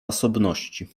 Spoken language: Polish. osobności